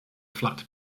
flat